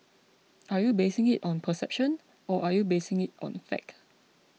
are you basing it on perception or are you basing it on the fact